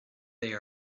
they